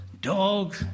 Dog